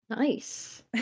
Nice